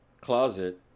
closet